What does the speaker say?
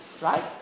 right